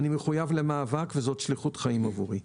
אני מחויב למאבק וזאת שליחות חיים עבורי.